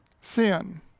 sin